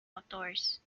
outdoors